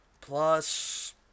Plus